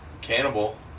Cannibal